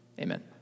Amen